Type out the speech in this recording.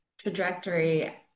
trajectory